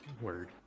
word